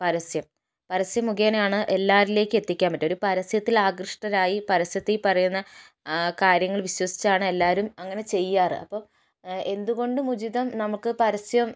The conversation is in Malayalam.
പരസ്യം പരസ്യം മുഖേനയാണ് എല്ലാരിലേക്കും എത്തിക്കാൻ പറ്റും ഒരു പരസ്യത്തിലാകൃഷ്ടരായി പരസ്യത്തിൽ പറയുന്ന ആ കാര്യങ്ങൾ വിശ്വസിച്ചാണ് എല്ലാവരും അങ്ങനെ ചെയ്യാറ് അപ്പം എന്ത് കൊണ്ടും ഉചിതം നമുക്ക് പരസ്യം